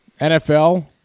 NFL